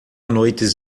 noites